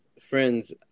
friends